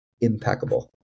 Impeccable